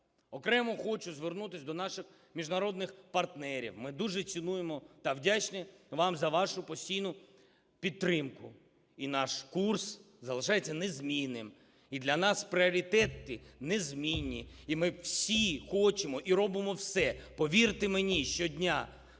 Окремо хочу звернутися до наших міжнародних партнерів. Ми дуже цінуємо та вдячні вам за вашу постійну підтримку. І наш курс залишається незмінним, і для нас пріоритети незмінні, і ми всі хочемо, і робимо все, повірте мені, щодня